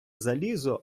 залізо